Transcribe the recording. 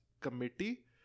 Committee